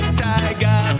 tiger